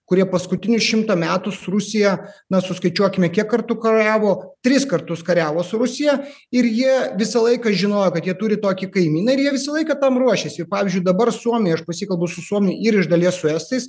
kurie paskutinius šimtą metų su rusija na suskaičiuokime kiek kartų kariavo tris kartus kariavo su rusija ir jie visą laiką žinojo kad jie turi tokį kaimyną ir jie visą laiką tam ruošėsi ir pavyzdžiui dabar suomiai aš pasikalbu su suomiai ir iš dalies su estais